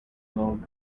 log